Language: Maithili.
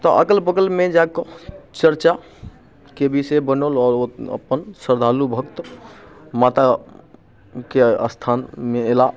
तऽ अगल बगलमे जा कऽ चर्चाके विषय बनल आओर ओ अपन श्रद्धालु भक्त माताके स्थानमे अयलाह